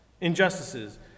injustices